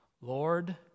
Lord